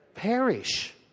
perish